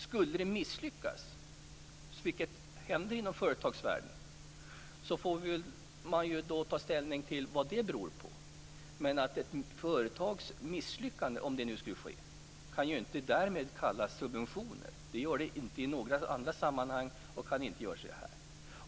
Skulle detta misslyckas, vilket händer inom företagsvärlden, får vi väl ta ställning till vad det beror på. Men ett företags misslyckande kan inte därmed kallas för subventioner. Det är inte det i andra sammanhang och inte heller här.